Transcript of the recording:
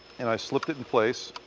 and i slipped it in place